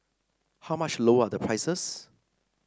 how much lower are the prices